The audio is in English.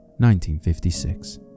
1956